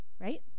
right